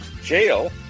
jail